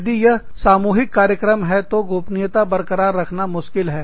यदि यह सामूहिक कार्यक्रम है तो गोपनीयता बरकरार रखना मुश्किल है